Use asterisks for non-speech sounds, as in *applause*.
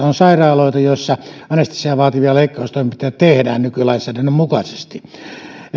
*unintelligible* on sairaaloita joissa anestesiaa vaativia leikkaustoimintoja tehdään nykylainsäädännön mukaisesti